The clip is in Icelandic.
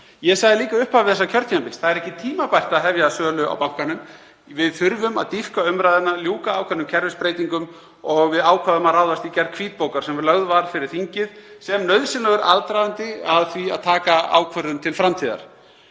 Ég sagði líka í upphafi þessa kjörtímabils: Það er ekki tímabært að hefja sölu á bankanum, við þurfum að dýpka umræðuna, ljúka ákveðnum kerfisbreytingum. Við ákváðum að ráðast í gerð hvítbókar sem lögð var fyrir þingið sem nauðsynlegur aðdragandi að því að taka ákvörðun til framtíðar.